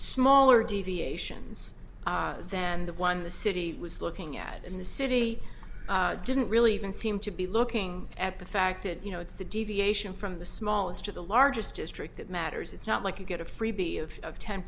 smaller deviations than the one the city was looking at and the city didn't really even seem to be looking at the fact that you know it's a deviation from the smallest to the largest district that matters it's not like you get a freebie of of ten